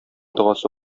догасы